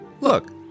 Look